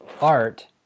art